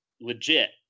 legit